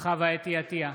חוה אתי עטייה,